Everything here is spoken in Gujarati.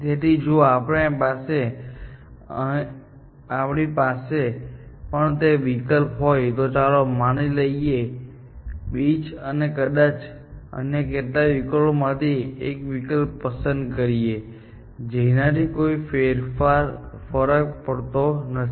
તેથી જો આપણી પાસે અહીં પણ તે વિકલ્પ હોય તો ચાલો મોલ બીચ અને કદાચ અન્ય કેટલાક વિકલ્પો માંથી કોઈ પણ વિકલ્પ પસંદ કરીએ જેનાથી કોઈ ફરક પડતો નથી